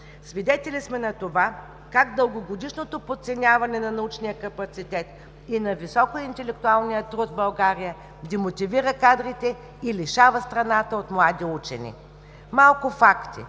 Свидетели сме на това как дългогодишното подценяване на научния капацитет и на високо интелектуалния труд в България демотивира кадрите и лишава страната от млади учени. Малко факти.